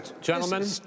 gentlemen